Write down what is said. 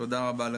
תודה רבה.